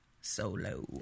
solo